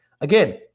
again